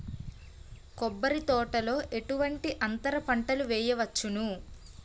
కొబ్బరి తోటలో ఎటువంటి అంతర పంటలు వేయవచ్చును?